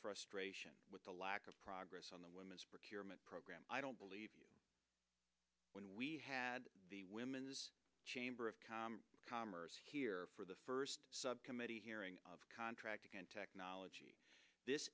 frustration with the lack of progress on the women's procurement program i don't believe you when we had the women's chamber of commerce commerce here for the first subcommittee hearing of contract again technology this